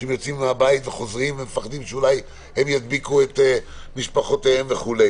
שהם יוצאים מהבית וחוזרים ומפחדים שאולי הם ידביקו את משפחותיהם וכו'